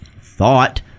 thought